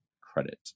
credit